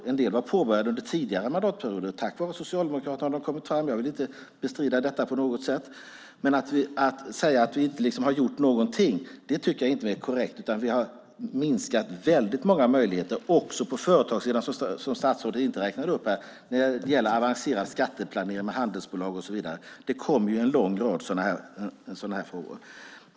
En del av dem var påbörjade under tidigare mandatperioder tack vare Socialdemokraterna; jag vill inte bestrida det på något sätt. Men att säga att vi inte har gjort någonting är inte korrekt. Vi har minskat väldigt många möjligheter, också på företagssidan, som statsrådet inte räknade upp. Det gäller avancerad skatteplanering inom handelsbolag och så vidare, en lång rad åtgärder.